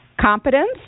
Competence